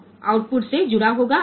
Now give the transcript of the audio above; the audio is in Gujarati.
આ કોમન એનોડ હોવું જોઈએ